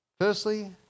Firstly